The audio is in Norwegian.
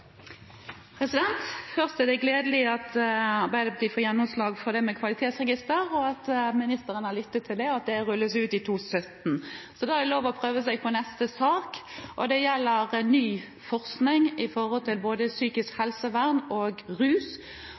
gledelig at Arbeiderpartiet får gjennomslag for kvalitetsregister, at ministeren har lyttet til det, og at det rulles ut i 2017. Da er det lov å prøve seg på neste sak, og det gjelder ny forskning på både psykisk helsevern og rus,